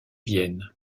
viennent